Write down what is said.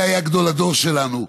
זה היה גדול הדור שלנו.